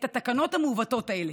את התקנות המעוותות האלה.